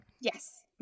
Yes